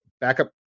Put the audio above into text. backup